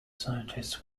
scientists